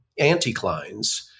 anticlines